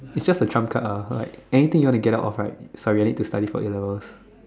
is just a Trump card ah like anything you want to get out of right sorry I need to study for a-levels